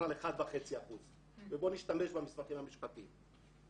על 1.5 אחוז ובואו נשתמש במסמכים המשפטיים.